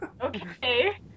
Okay